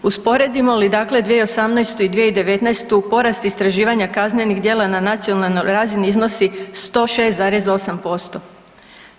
Usporedimo li dakle 2018. i 2019. porast istraživanja kaznenih djela na nacionalnoj razini iznosi 106,8%